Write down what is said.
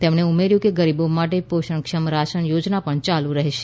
તેમણે ઉમેર્યું કે ગરીબો માટે પોષણક્ષમ રાશન યોજના પણ ચાલુ રહેશે